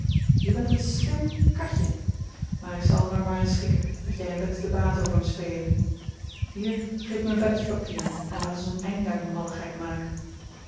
jij bent een slim katje maar ik zal er me maar in schikken dat jij en bets den baas over me spelen hier geef mij een velletje papier en laat ons een einde aan die malligheid maken